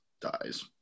dies